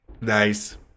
Nice